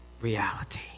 reality